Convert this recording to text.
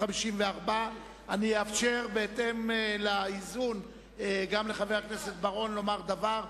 54. אאפשר בהתאם לאיזון גם לחבר הכנסת בר-און לומר דבר,